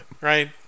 right